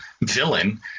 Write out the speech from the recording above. villain